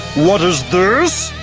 what is this?